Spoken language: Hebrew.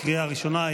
לקריאה הראשונה.